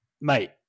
mate